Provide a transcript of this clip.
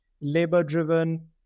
labor-driven